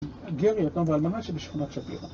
גר, יתום ואלמנה שבשכונת שפירא.